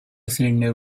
cylinder